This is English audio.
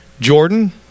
Jordan